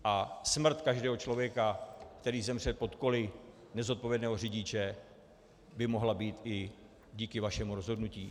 A smrt každého člověka, který zemře pod koly nezodpovědného řidiče, by mohla být i díky vašemu rozhodnutí.